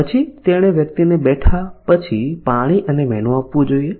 પછી તેણે વ્યક્તિને બેઠા પછી પાણી અને મેનુ આપવું જોઈએ